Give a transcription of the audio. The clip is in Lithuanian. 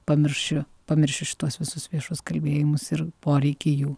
pamiršiu pamiršiu šituos visus viešus kalbėjimus ir poreikį jų